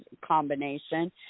combination